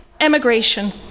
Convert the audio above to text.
emigration